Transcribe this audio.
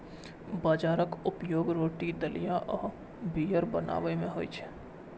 बाजराक उपयोग रोटी, दलिया आ बीयर बनाबै मे होइ छै